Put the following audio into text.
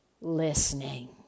listening